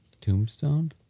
Tombstone